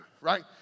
right